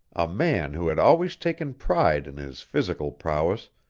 a man who had always taken pride in his physical prowess,